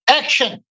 action